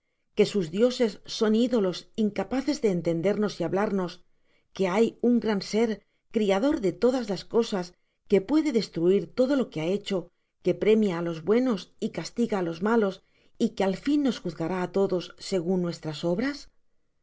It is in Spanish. que sus dioses son idolos incapaces de entendernos y hablarnos que hay un gran ser criador de todas las cosas que puede destruir todo lo que ha hecho que promia á los buenos y castiga a los malos y que al fin nos juzgará á todos segun nuestras obras